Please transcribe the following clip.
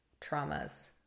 traumas